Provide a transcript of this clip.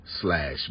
slash